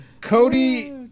Cody